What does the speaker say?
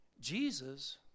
Jesus